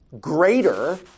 greater